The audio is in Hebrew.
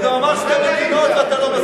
הוא הצביע בעד.